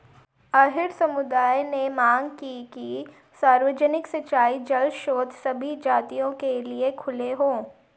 अहीर समुदाय ने मांग की कि सार्वजनिक सिंचाई जल स्रोत सभी जातियों के लिए खुले हों